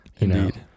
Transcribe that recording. Indeed